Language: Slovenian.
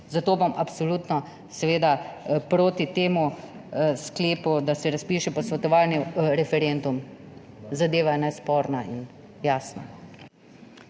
Zato bom absolutno seveda proti temu sklepu, da se razpiše posvetovalni referendum. Zadeva je nesporna in jasna.